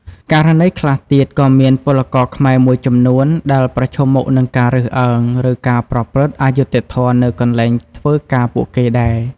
ករណីខ្លះទៀត ក៏មានពលករខ្មែរមួយចំនួនដែលប្រឈមមុខនឹងការរើសអើង ឬការប្រព្រឹត្តអយុត្តិធម៌នៅកន្លែងធ្វើការពួកគេដែរ។